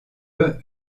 eux